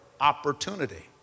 opportunity